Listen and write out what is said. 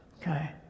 Okay